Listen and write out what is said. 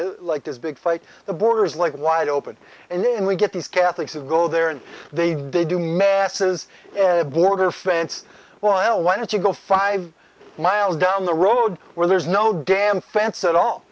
it like this big fight the border is like wide open and then we get these catholics of go there and they do they do masses of border fence well why don't you go five miles down the road where there's no damn fence at all